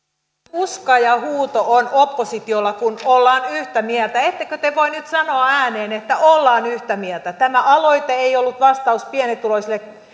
tuska ja huuto on oppositiolla kun ollaan yhtä mieltä ettekö te voi nyt sanoa ääneen että ollaan yhtä mieltä tämä aloite ei ollut vastaus pienituloisille